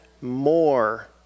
more